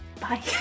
Bye